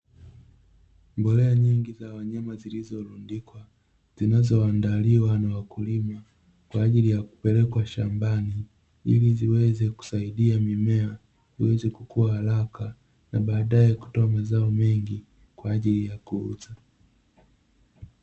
Mbolea nyingi za wanyama zilizolundikwa zinazoandaliwa na wakulima kwa ajili ya kupelekwa shambani ili ziweze kusaidia mimea iweze kukua haraka na baadae kutoa mazao mengi kwa ajili ya kuuza.